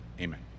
Amen